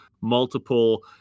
multiple